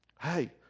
hey